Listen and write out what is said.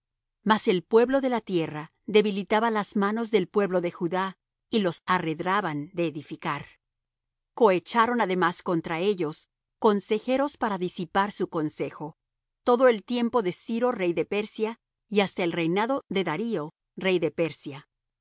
mas el pueblo de la tierra debilitaba las manos del pueblo de judá y los arredraban de edificar cohecharon además contra ellos consejeros para disipar su consejo todo el tiempo de ciro rey de persia y hasta el reinado de darío rey de persia